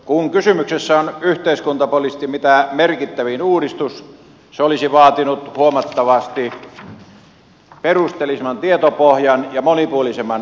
kun kysymyksessä on yhteiskuntapoliittisesti mitä merkittävin uudistus se olisi vaatinut huomattavasti perusteellisemman tietopohjan ja monipuolisemman käsittelytavan